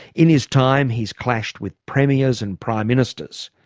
in his time he's clashed with premiers and prime ministers,